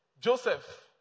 Joseph